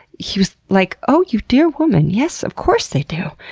he was like, oh, you dear woman, yes, of course they do.